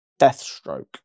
deathstroke